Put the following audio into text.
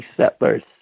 settlers